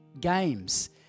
games